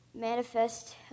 manifest